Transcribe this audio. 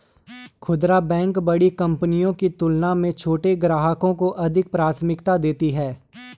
खूदरा बैंक बड़ी कंपनियों की तुलना में छोटे ग्राहकों को अधिक प्राथमिकता देती हैं